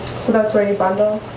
so that's ready bud. oh,